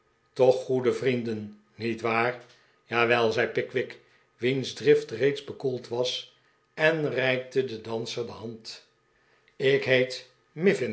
toch goede vrienden niet waar jawel zei pickwick wiens drift reeds bekoeld was en reikte den danser de hand ik heet